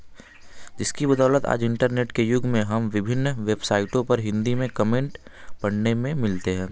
इसकी बदौलत आज इंटरनेट के युग में हम विभिन्न वेबसाइटो पर हिंदी में कमेन्ट पढ़ने में मिलते हैं